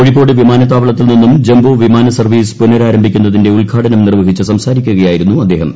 കോഴിക്കോട് വിമാനത്താവളത്തിൽ നിന്നും ജംബോ വിമാന സർവീസ് പുനരാരംഭിക്കുന്നതിന്റെ ഉദ്ഘാടനം നിർവഹിച്ച് സംസാരിക്കുകയായിരുന്നു അദ്ദേഹം